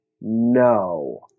no